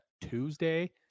Tuesday